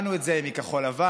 שמענו את זה מכחול לבן,